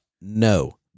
No